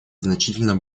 значительно